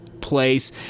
place